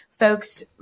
Folks